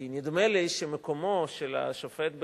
כי נדמה לי שמקומו של השופט בעליון,